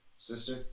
Sister